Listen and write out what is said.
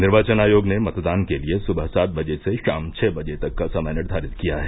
निर्वाचन आयोग ने मतदान के लिये सुबह सात बजे से शाम छह बजे तक का समय निर्धारित किया है